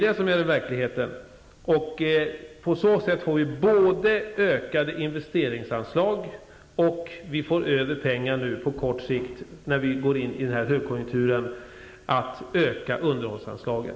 Detta är verkligheten. På så sätt får vi både ökade investeringsanslag och på kort sikt pengar över, som kan användas till att öka underhållsanslagen när vi nu går in i högkonjunkturen.